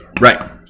Right